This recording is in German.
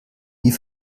nie